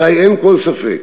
אזי אין כל ספק